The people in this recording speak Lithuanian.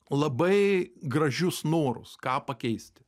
labai gražius norus ką pakeisti